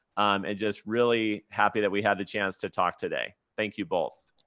um and just really happy that we had the chance to talk today. thank you both.